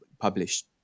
published